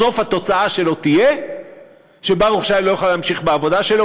בסוף התוצאה שלו תהיה שברוך שי לא יוכל להמשיך בעבודה שלו,